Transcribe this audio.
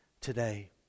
today